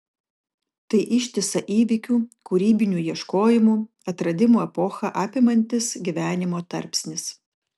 tai ištisą įvykių kūrybinių ieškojimų atradimų epochą apimantis gyvenimo tarpsnis